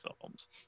films